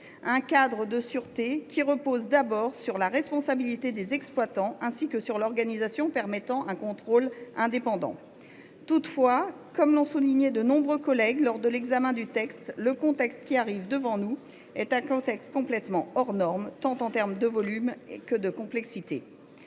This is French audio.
un cadre de sûreté qui repose d’abord sur la responsabilité des exploitants ainsi que sur une organisation permettant un contrôle indépendant. Toutefois, comme l’ont souligné de nombreux collègues lors de l’examen du texte, le contexte que nous avons devant nous est complètement hors norme, en termes tant de volumes que de complexité.